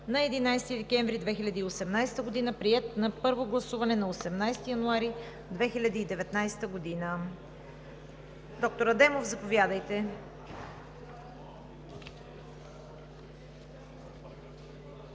на 11 декември 2018 г., приет е на първо гласуване на 18 януари 2019 г. Доктор Адемов, заповядайте.